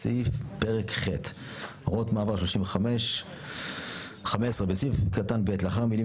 אחר כך נעשה הקראה אחרי זה